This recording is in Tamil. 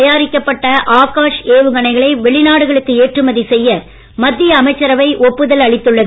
தயாரிக்கப்பட்ட இந்தியாவில் ஏவுகணைகளை வெளிநாடுகளுக்கு எற்றமதி செய்ய மத்திய அமைச்சரவை ஒப்புதல் அளித்துள்ளது